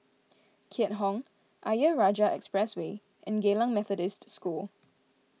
Keat Hong Ayer Rajah Expressway and Geylang Methodist School